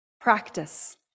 practice